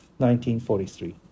1943